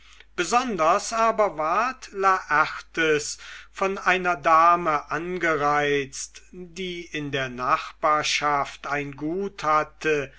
besonders aber ward laertes von einer dame angereizt die in der nachbarschaft ein gut hatte